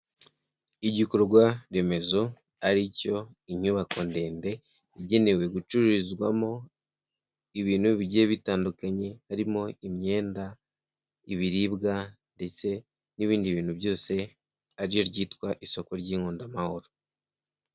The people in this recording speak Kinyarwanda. Igikorwaremezo ari cyo inyubako ndende igenewe gucururizwamo ibintu bigiye bitandukanye, harimo imyenda, ibiribwa, ndetse n'ibindi bintu byose, ariryo ryitwa isoko ry'inkundamahoro.